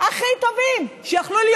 הכי טובים שיכלו להיות,